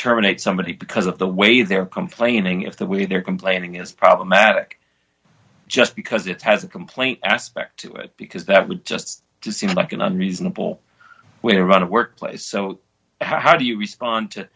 terminate somebody because of the way they're complaining if the way they're complaining is problematic just because it has a complaint aspect because that would just seem like an unreasonable we run a workplace so how do you respond to